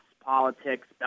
Politics